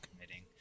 committing